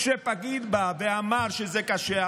כשפקיד בא ואמר שזה קשה,